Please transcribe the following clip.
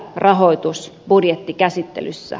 se järjestyi